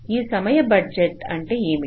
ఈ సమయ బడ్జెట్ అంటే ఏంటి